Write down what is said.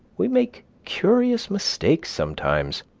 we make curious mistakes sometimes.